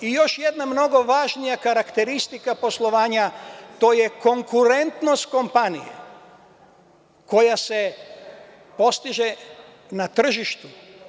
Još jedna mnogo važnija karakteristika poslovanja je konkurentnost kompanije koja se postiže na tržištu.